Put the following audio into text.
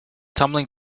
tumbling